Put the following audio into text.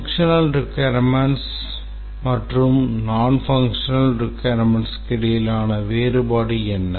செயல்பாட்டு மற்றும் செயல்படாத தேவைக்கு இடையிலான வேறுபாடு என்ன